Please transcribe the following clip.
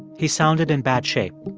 he sounded in bad shape.